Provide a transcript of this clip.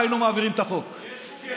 היינו מעבירים את החוק, יש גוגל.